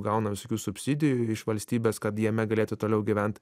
gauna visokių subsidijų iš valstybės kad jame galėtų toliau gyvent